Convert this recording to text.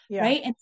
Right